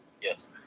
Yes